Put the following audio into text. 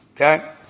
Okay